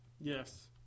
yes